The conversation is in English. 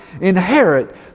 inherit